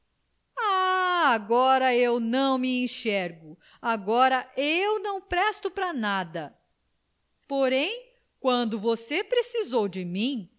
ah agora não me enxergo agora eu não presto para nada porém quando você precisou de mim